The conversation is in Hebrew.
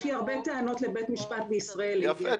יש לי הרבה טענות לבית משפט בישראל --- יפה,